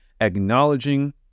Acknowledging